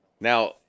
Now